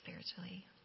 spiritually